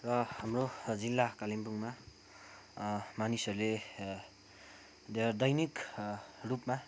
र हाम्रो जिल्ला कालिम्पोङमा मानिसहरूले देय दैनिक रूपमा